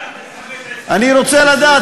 אני רוצה לדעת.